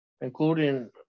including